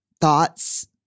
thoughts